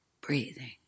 breathing